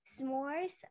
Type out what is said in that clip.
s'mores